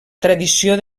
tradició